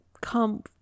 come